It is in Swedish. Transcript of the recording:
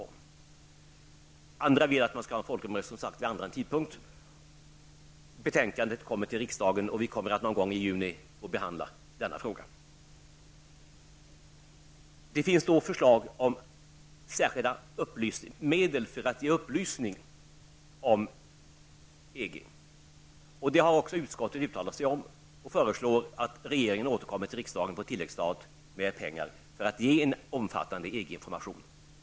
Andra vill som sagt att man skall ha en folkomröstning vid annan tidpunkt. Betänkandet kommer till riksdagen och vi kommer att behandla denna fråga någon gång i juni. Det finns förslag om särskilda medel för att sprida upplysning om EG. Det har utskottet också uttalat sig om och föreslår att regeringen återkommer till riksdagen med pengar på tilläggsstat för att ge en omfattande EG-information.